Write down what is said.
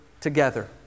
together